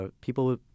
People